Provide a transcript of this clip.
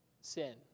sin